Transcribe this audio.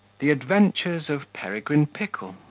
the adventures of peregrine pickle,